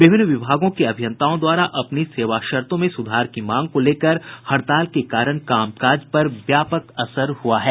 विभिन्न विभागों के अभियंताओं द्वारा अपनी सेवा शर्तों में सुधार की मांग को लेकर हड़ताल के कारण कामकाज पर व्यापक असर पड़ा है